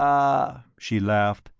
ah! she laughed.